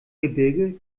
gebirge